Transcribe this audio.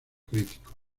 críticos